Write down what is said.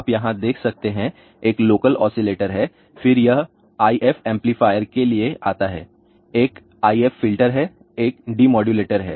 आप यहां देख सकते हैं एक लोकल ओसीलेटर है फिर यह IF एम्पलीफायर के लिए आता है एक IF फिल्टर है एक डीमोडुलेटर है